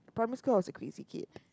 primary school I was a crazy kid